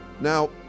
Now